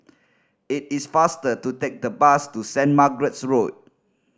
it is faster to take the bus to Saint Margaret's Road